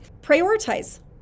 prioritize